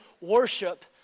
worship